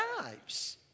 lives